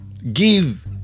Give